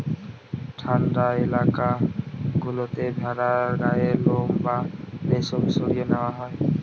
ঠান্ডা এলাকা গুলোতে ভেড়ার গায়ের লোম বা রেশম সরিয়ে নেওয়া হয়